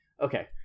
okay